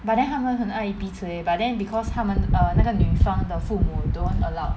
but then 他们很爱彼此 leh but then because 他们 err 那个女方的父母 don't allow